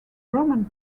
roman